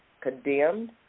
Condemned